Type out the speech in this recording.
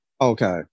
Okay